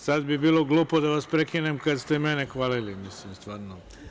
Sad bi bilo glupo da vas prekinem kada ste mene hvalili, mislim stvarno.